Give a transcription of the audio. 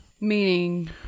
Meaning